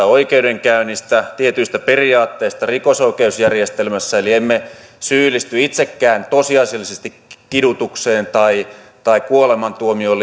oikeudenkäynneistä tietyistä periaatteista rikosoikeusjärjestelmässä eli emme syyllisty itsekään tosiasiallisesti kidutukseen tai tai kuolemantuomioon